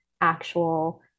actual